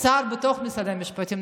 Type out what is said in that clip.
שר במשרד המשפטים.